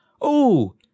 Oh